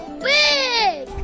big